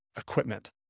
equipment